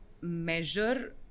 measure